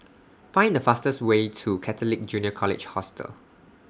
Find The fastest Way to Catholic Junior College Hostel